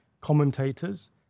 commentators